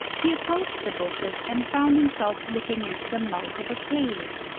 he approached the bushes and found himself looking into the mouth of a cave.